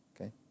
Okay